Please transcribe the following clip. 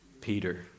Peter